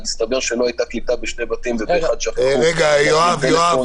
מסתבר שלא הייתה קליטה בשני בתים ובאחד שכחו להטעין טלפון.